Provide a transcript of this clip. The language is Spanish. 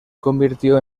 convirtió